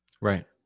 Right